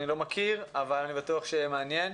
אני לא מכיר אבל אני בטוח שיהיה מעניין.